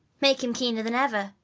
make him keener than ever.